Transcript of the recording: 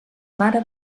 mare